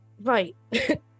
Right